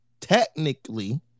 technically